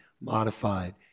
modified